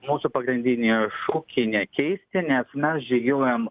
mūsų pagrindinį šokį nekeisti nes mes žygiuojam